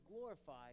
glorified